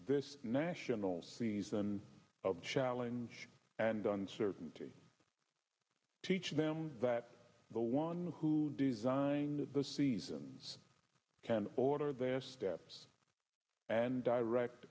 this national season of challenge and uncertainty teach them that the one who designed the seasons can order their steps and direct